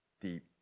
deep